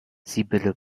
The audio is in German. sibylle